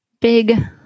big